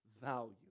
value